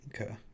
Okay